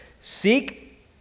seek